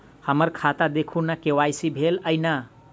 हम्मर खाता देखू नै के.वाई.सी भेल अई नै?